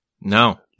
No